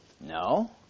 No